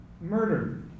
murder